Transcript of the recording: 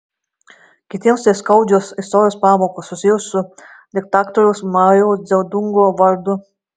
kitiems tai skaudžios istorijos pamokos susijusios su diktatoriaus mao dzedungo vardu